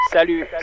Salut